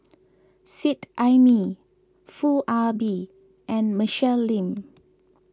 Seet Ai Mee Foo Ah Bee and Michelle Lim